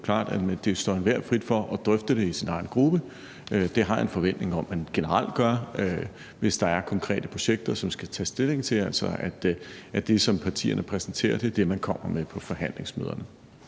det er jo klart, at det står enhver frit for at drøfte det i sin egen gruppe. Det har jeg en forventning om at man generelt gør, hvis der er konkrete projekter, som der skal tages stilling til, altså at det, som partierne præsenterer, er det, man kommer med på forhandlingsmøderne.